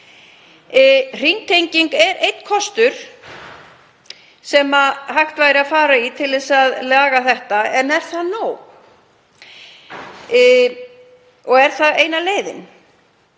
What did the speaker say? Hringtenging er einn kostur sem hægt væri að fara í til að laga þetta. En er það nóg og er það eina leiðin?